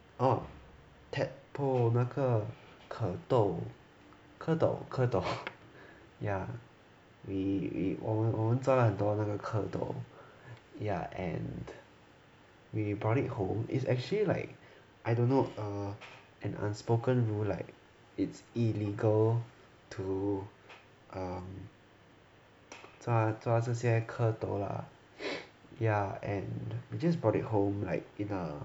orh tadpole 那个蝌蚪蝌蚪蝌蚪 ya we 我们抓了很多那个蝌蚪 ya and we brought it home is actually like I don't know err an unspoken rule like it's illegal to 抓抓这些蝌蚪 lah ya and we just brought it home like in a